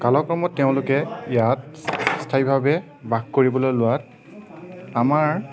কালক্ৰমত তেওঁলোকে ইয়াত স্থায়ীভাৱে বাস কৰিবলৈ লোৱাত আমাৰ